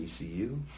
ECU